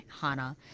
Hana